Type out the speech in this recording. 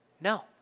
No